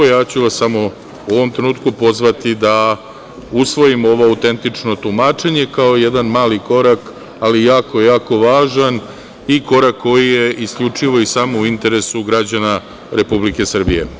Ja ću vas samo u ovom trenutku pozvati da usvojimo ovo autentično tumačenje kao jedan mali korak, ali jako, jako važan, i korak koji je isključivo i samo u interesu građana Republike Srbije.